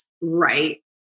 right